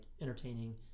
entertaining